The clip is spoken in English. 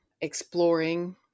exploring